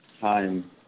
time